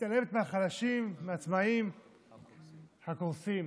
מתעלמת מהחלשים, מעצמאים הקורסים,